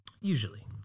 usually